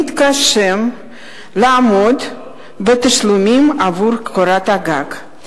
מתקשים לעמוד בתשלומים עבור קורת הגג.